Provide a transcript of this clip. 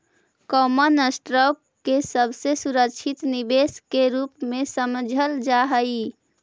common stock के सबसे सुरक्षित निवेश के रूप में समझल जा हई